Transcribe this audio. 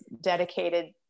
dedicated